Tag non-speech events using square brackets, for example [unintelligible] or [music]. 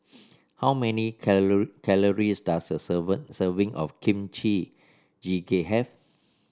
how many [unintelligible] calories does a [unintelligible] serving of Kimchi Jjigae have